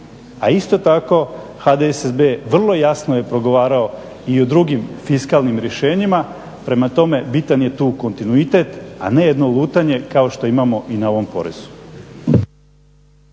a isto tako HDSSB vrlo jasno je progovarao i o drugim fiskalnim rješenjima. Prema tome, bitan je tu kontinuitet a ne jedno lutanje kao što imamo i na ovom porezu.